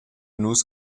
nus